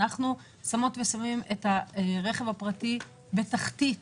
אנחנו שמות ושמים את הרכב הפרטי בתחתית